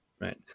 right